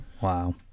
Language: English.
Wow